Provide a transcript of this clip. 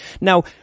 Now